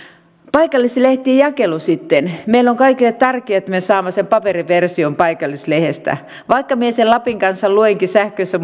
paikallislehtijakelu sitten meille on kaikille tärkeätä että me saamme sen paperiversion paikallislehdestä vaikka minä sen lapin kansan luenkin sähköisessä